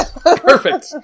Perfect